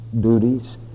duties